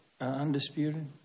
undisputed